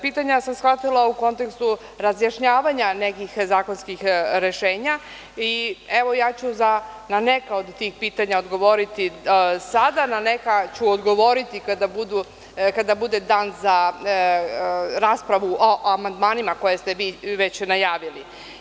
Pitanja sam shvatila u kontekstu razjašnjavanja nekih zakonskih rešenja i ja ću na neka od tih pitanja odgovoriti sada, na neka ću odgovoriti kada bude dan za raspravu o amandmanima koje ste vi već najavili.